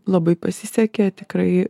labai pasisekė tikrai